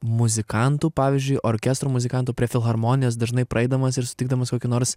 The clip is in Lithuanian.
muzikantų pavyzdžiui orkestro muzikantų prie filharmonijos dažnai praeidamas ir sutikdamas kokį nors